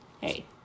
hey